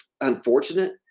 unfortunate